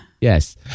yes